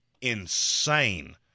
insane